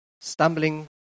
stumbling